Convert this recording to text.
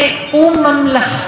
מכובד,